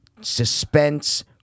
suspense